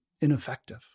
ineffective